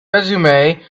resume